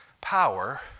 Power